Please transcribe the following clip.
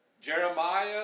Jeremiah